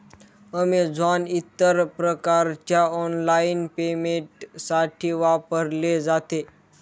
Amazon इतर प्रकारच्या online पेमेंटसाठी वापरले जाते